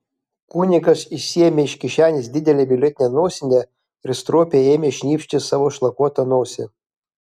kunigas išsiėmė iš kišenės didelę violetinę nosinę ir stropiai ėmė šnypšti savo šlakuotą nosį